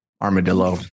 Armadillo